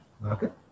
market